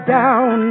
down